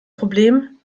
problem